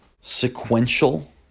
sequential